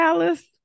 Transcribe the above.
Alice